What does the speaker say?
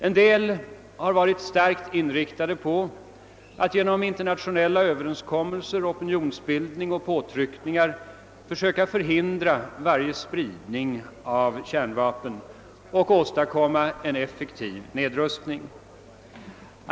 En del har varit starkt inriktade på att genom internationella överenskommelser, opinionsbildningar och påtryckningar försöka förhindra varje spridning av kärnvapen och åstadkomma en effektiv nedrustning.